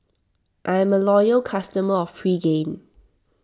I'm a loyal customer of Pregain